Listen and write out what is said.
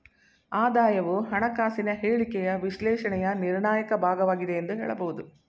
ಆದಾಯವು ಹಣಕಾಸಿನ ಹೇಳಿಕೆಯ ವಿಶ್ಲೇಷಣೆಯ ನಿರ್ಣಾಯಕ ಭಾಗವಾಗಿದೆ ಎಂದು ಹೇಳಬಹುದು